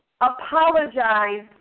apologize